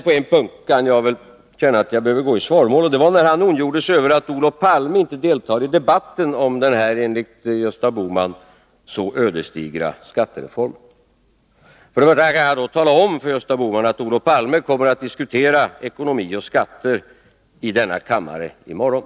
På en punkt känner jag att jag behöver gå i svaromål, och det gäller när han ondgjorde sig över att Olof Palme inte deltar i debatten om den, enligt Gösta Bohman, så ödesdigra skattereformen. För det första kan jag tala om för Gösta Bohman att Olof Palme kommer att diskutera ekonomi och skatter i denna kammare i morgon.